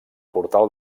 portal